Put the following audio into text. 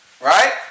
Right